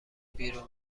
بیرون